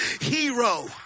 hero